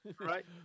right